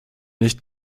nicht